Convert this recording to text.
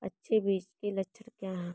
अच्छे बीज के लक्षण क्या हैं?